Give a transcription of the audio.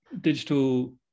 digital